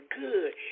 good